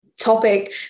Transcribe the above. topic